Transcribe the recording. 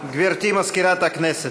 גברתי מזכירת הכנסת.